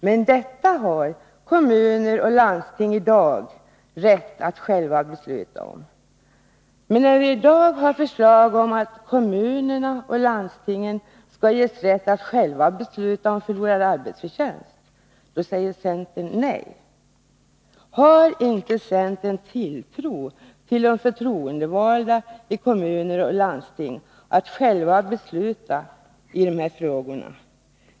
Men detta har kommuner och landsting i dag rätt att själva besluta om. Men när vi i dag har ett förslag om att kommuner och landsting skall ges rätt att själva besluta om förlorad arbetsförtjänst, då säger centern nej. Har inte centern tilltro till att de förtroendevalda i kommuner och landsting själva kan besluta i de här frågorna?